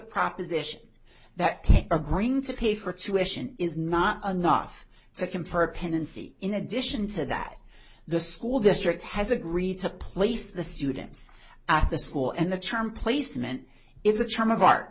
proposition that agreeing to pay for tuition is not enough to compare pendency in addition to that the school district has agreed to place the students at the school and the term placement is a charm of art